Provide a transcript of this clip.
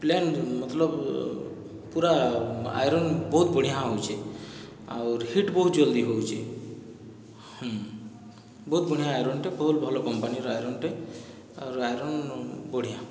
plane ମତଲବ ପୁରା iron ବହୁତ ବଢ଼ିଆଁ ହଉଛେଁ ଆଉର୍ ହିଟ ବହୁତ ଜଲ୍ଦି ହେଉଛି ବହୁତ ବଢ଼ିଆଁ ଆଇରନ୍ଟେ ବହୁତ ଭଲ କମ୍ପାନୀର ଆଇରନ୍ଟେ ଆଉର୍ ଆଇରନ୍ ବଢ଼ିଆ